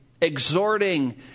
exhorting